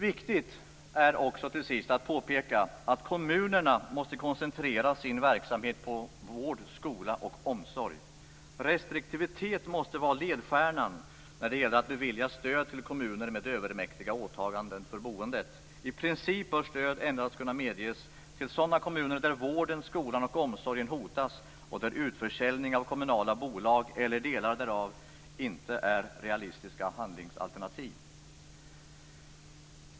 Viktigt är att påpeka att kommunerna måste koncentrera sin verksamhet på skola, vård och omsorg. Restriktivitet måste vara ledstjärnan när det gäller att bevilja stöd till kommuner med övermäktiga åtaganden för boendet. I princip bör stöd endast kunna medges till sådana kommuner där vården, skolan och omsorgen hotas och där utförsäljning av kommunala bolag eller delar därav inte är realistiska handlingsalternativ.